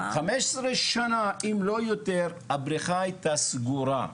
15 שנים אם לא יותר, הבריכה הייתה סגורה.